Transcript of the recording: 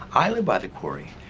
i live by the quarry.